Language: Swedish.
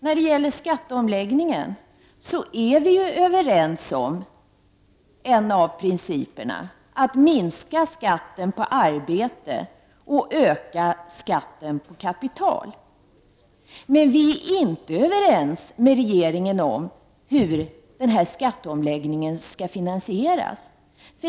När det gäller skatteomläggningen är vi överens om en av principerna, nämligen att minska skatten på arbete och öka skatten på kapital. Vi är emellertid inte överens med regeringen om hur denna skatteomläggning skall finansieras.